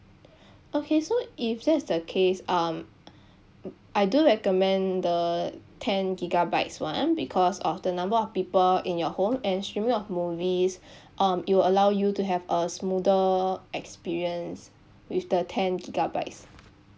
okay so if that's the case um I do recommend the ten gigabytes one because of the number of people in your home and streaming of movies um it will allow you to have a smoother experience with the ten gigabytes